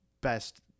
best